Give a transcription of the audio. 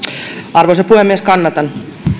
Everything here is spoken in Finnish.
arvoisa puhemies kannatan